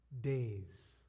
days